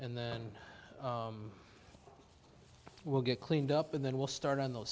and then we'll get cleaned up and then we'll start on those